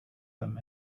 them